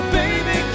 baby